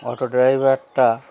auto ড্রাইভারটা